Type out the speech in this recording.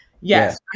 Yes